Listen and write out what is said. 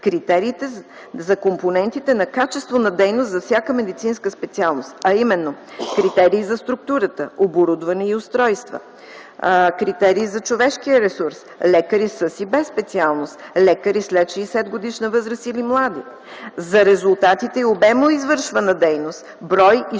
критериите за компонентите на качество на дейност за всяка медицинска специалност, а именно критерий за структурата - оборудване и устройства, критерий за човешкия ресурс - лекари със и без специалност, лекари след 60-годишна възраст или млади, за резултатите и обема извършвана дейност - брой и